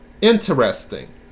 Interesting